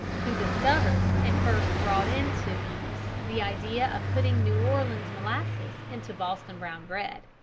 who discovered and first brought into use the idea of putting new orleans molasses into boston brown bread.